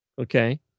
Okay